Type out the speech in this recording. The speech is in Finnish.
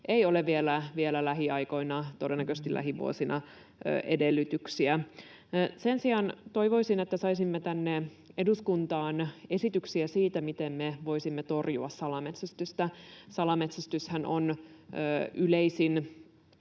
ei ole vielä lähiaikoina, todennäköisesti lähivuosina, edellytyksiä. Sen sijaan toivoisin, että saisimme tänne eduskuntaan esityksiä siitä, miten me voisimme torjua salametsästystä. Salametsästyshän on yksi